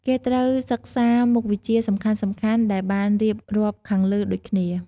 គេត្រូវសិក្សមុខវិជ្ជាសំខាន់ៗដែលបានរៀបរាប់ខាងលើដូចគ្នា។